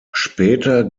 später